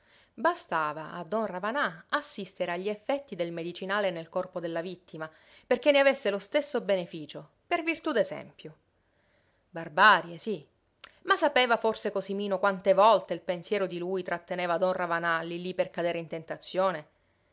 a don ravanà assistere agli effetti del medicinale nel corpo della vittima perché ne avesse lo stesso beneficio per virtú d'esempio barbarie sí ma sapeva forse cosimino quante volte il pensiero di lui tratteneva don ravanà lí lí per cadere in tentazione